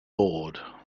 board